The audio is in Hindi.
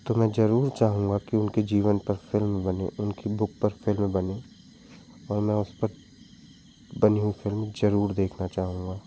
तो मैं ज़रूर चाहूँगा कि उनके जीवन पर फ़िल्म बने उनकी बूक पर फ़िल्म बने और मैं उस पर बनी हुई फ़िल्म ज़रूर देखना चाहूँगा